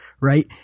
Right